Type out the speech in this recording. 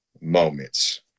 moments